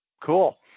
Cool